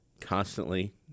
constantly